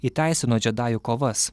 įteisino džedajų kovas